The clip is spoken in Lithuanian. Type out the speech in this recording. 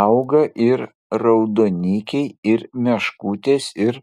auga ir raudonikiai ir meškutės ir